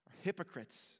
hypocrites